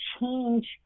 change